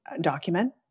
document